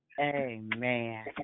Amen